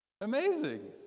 Amazing